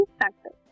factors